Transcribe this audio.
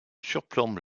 surplombe